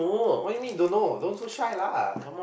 what you mean don't know don't so shy lah